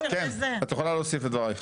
כן, את יכולה להוסיף את דברייך.